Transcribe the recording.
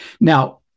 Now